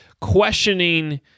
questioning